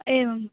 एवम्